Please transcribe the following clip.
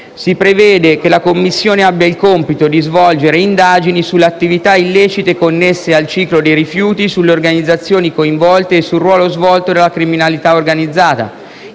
si prevede che la Commissione abbia il compito di svolgere indagini sulle attività illecite connesse al ciclo dei rifiuti, sulle organizzazioni in esso coinvolte e sul ruolo svolto dalla criminalità organizzata;